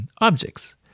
objects